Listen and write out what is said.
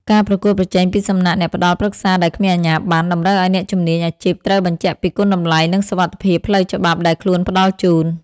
ការប្រកួតប្រជែងពីសំណាក់អ្នកផ្ដល់ប្រឹក្សាដែលគ្មានអាជ្ញាប័ណ្ណ តម្រូវឱ្យអ្នកជំនាញអាជីពត្រូវបញ្ជាក់ពីគុណតម្លៃ និងសុវត្ថិភាពផ្លូវច្បាប់ដែលខ្លួនផ្ដល់ជូន។